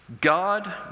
God